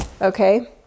Okay